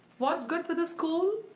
what's good for the school,